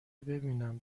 ببینم